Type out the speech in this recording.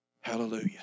Hallelujah